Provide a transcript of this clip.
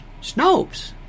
Snopes